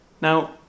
Now